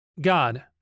God